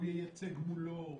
הוא ייצג מולו,